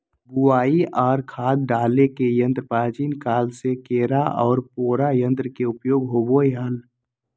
बुवाई आर खाद डाले के यंत्र प्राचीन काल से केरा आर पोरा यंत्र के उपयोग होवई हल